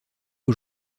aux